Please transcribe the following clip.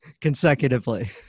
consecutively